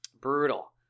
Brutal